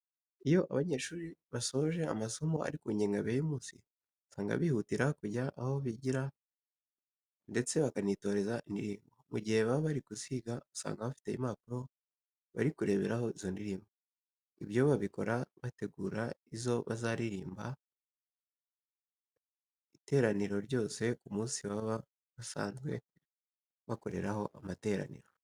Iyo abanyeshuri basoje amasomo ari ku ngengabihe y'umunsi, usanga bihutira kujya aho bigira ndetse bakanitoreza indirimbo. Mu gihe baba bari kuziga, usanga bafite impapuro bari kureberaho izo ndirimbo . Ibyo babikora bategura izo bazaririmbira iteraniro ryose ku munsi baba basanzwe bakoreraho amateraniro.